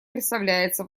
представляется